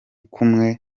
kumwe